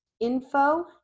info